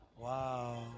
Wow